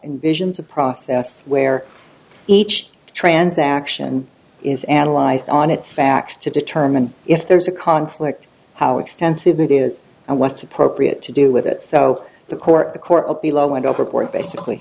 in visions of process where each transaction is analyzed on its back to determine if there is a conflict how extensive it is and what's appropriate to do with it so the court the court below went overboard basically